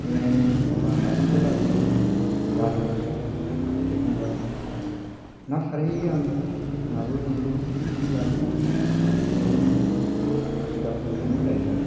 एखायनो एखमब्ला हाथाइनिफ्राय लाबोयो दालि ओंख्रै एखमब्ला ना सारहैयो आङो नाबो मोनबोयो बेजोंनो जायो बेनिखायनो हाखु दाखु संनाय जायोदा